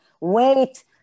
wait